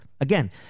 Again